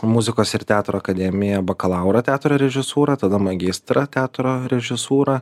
muzikos ir teatro akademiją bakalaurą teatro režisūrą tada magistrą teatro režisūrą